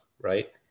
Right